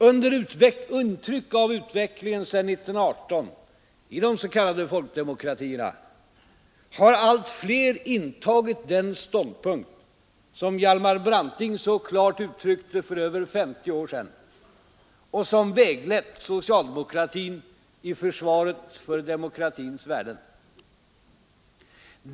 Under intryck av utvecklingen sedan 1918 i de s.k. folkdemokratierna har allt fler intagit den ståndpunkt Hjalmar Branting så klart uttryckte för över 50 år sedan och som väglett socialdemokratin i försvaret för demokratins värden.